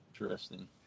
Interesting